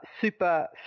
super